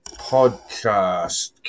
podcast